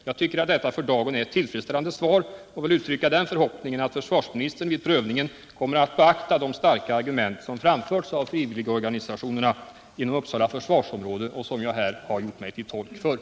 Jag tycker att detta för dagen är ett tillfredsställande svar och vill uttrycka förhoppningen att försvarsministern vid prövningen kommer att beakta de starka argument som framförts av frivilligorganisationerna inom Uppsala försvarsområde och som jag här har gjort mig till tolk för.